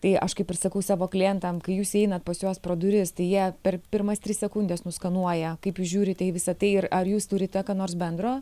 tai aš kaip ir sakau savo klientam kai jūs įeinat pas juos pro duris tai jie per pirmas tris sekundes nuskanuoja kaip žiūrite į visa tai ir ar jūs turite ką nors bendro